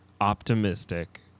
optimistic